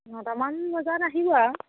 নটামান বজাত আহিব আৰু